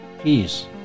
peace